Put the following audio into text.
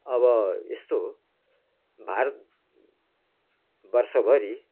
अब यस्तो हो भारतवर्षभरि